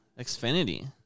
Xfinity